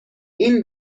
این